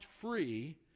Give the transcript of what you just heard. free